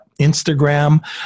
Instagram